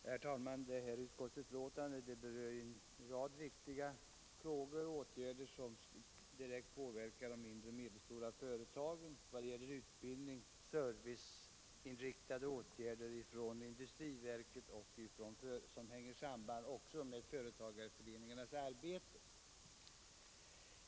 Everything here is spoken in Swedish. Herr talman! I föreliggande utskottsbetänkande behandlas en rad viktiga åtgärder i fråga om utbildning, service från industriverket samt sådant som hänger samman med företagareföreningarnas arbete — frågor som direkt påverkar mindre och medelstora företag.